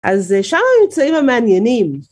‫אז שם הממצאים המעניינים.